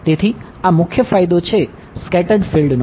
તેથી આ મુખ્ય ફાયદો છે સ્કેટર્ડ નો